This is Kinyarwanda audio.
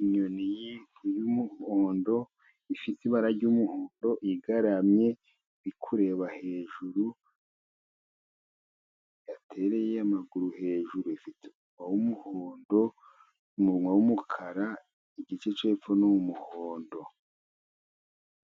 Inyoni y'umuhondo ifite ibara ry'umuhondo, igaramye iri kureba hejuru yatereye amaguru hejuru. Ifite umubiri w'umuhondo, umunwa wumukara, igice cyo hepfo n'umuhondo